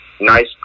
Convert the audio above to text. nice